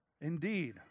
indeed